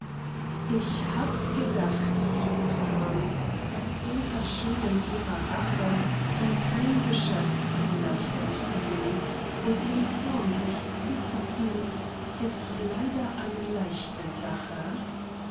ich habs gedacht du guter hahn erzürnter schönen ihrer rache kann kein geschöpf so leicht entfliehn und ihren zorn sich zuzuziehn ist leider ein leichte sache